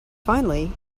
finally